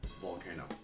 volcano